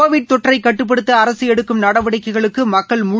Covid தொற்றை கட்டுப்படுத்த அரசு எடுக்கும் நடவடிக்கைகளுக்கு மக்கள் முழு